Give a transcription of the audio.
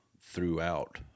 throughout